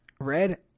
Red